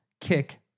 Kick